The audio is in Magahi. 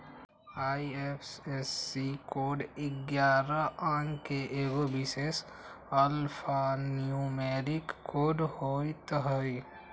आई.एफ.एस.सी कोड ऐगारह अंक के एगो विशेष अल्फान्यूमैरिक कोड होइत हइ